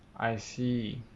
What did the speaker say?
I see